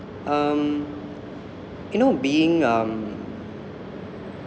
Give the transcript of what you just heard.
um you know being um